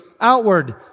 outward